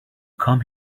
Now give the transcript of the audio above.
come